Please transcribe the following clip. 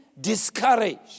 discouraged